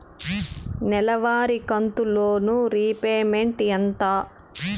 నెలవారి కంతు loan repayment ఎంత?